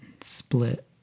split